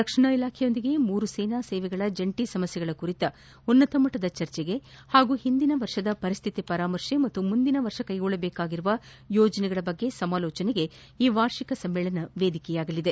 ರಕ್ಷಣಾ ಇಲಾಖೆಯೊಂದಿಗೆ ಮೂರು ಸೇನಾ ಸೇವೆಗಳ ಜಂಟಿ ಸಮಸ್ಟೆಗಳ ಕುರಿತ ಉನ್ನತ ಮಟ್ಟದ ಚರ್ಚಿಗೆ ಹಾಗೂ ಹಿಂದಿನ ವರ್ಷದ ಪರಿಸ್ಥಿತಿ ಪರಾಮರ್ಶೆ ಹಾಗೂ ಮುಂದಿನ ವರ್ಷ ಕೈಗೊಳ್ಳಬೇಕಾದ ಯೋಜನೆಗಳ ಕುರಿತು ಸಮಾಲೋಚಿಸಲು ಈ ವಾರ್ಷಿಕ ಸಮ್ಮೇಳನ ವೇದಿಕೆಯಾಗಲಿದೆ